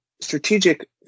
strategic